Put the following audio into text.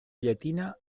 llatina